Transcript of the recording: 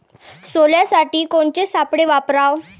सोल्यासाठी कोनचे सापळे वापराव?